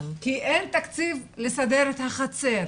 כי אין תקציב לסדר את החצר.